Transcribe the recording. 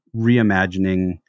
reimagining